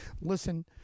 listen